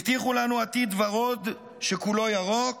הבטיחו לנו עתיד ורוד שכולו ירוק,